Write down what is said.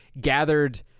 gathered